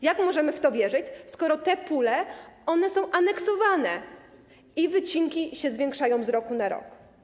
Jak możemy w to wierzyć, skoro te pule są aneksowane i wycinki się zwiększają z roku na rok?